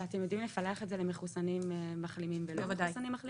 ואתם יודעים לפלח את זה למחוסנים מחלימים וללא מחוסנים מחלימים?